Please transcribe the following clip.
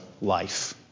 life